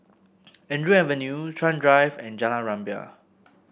Andrew Avenue Chuan Drive and Jalan Rumbia